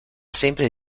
sempre